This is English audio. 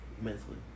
mentally